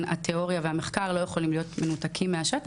התיאוריה והמחקר לא יכולים להיות מנותקים מהשטח.